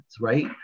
right